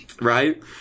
Right